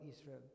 Israel